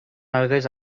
algues